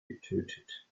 getötet